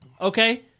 Okay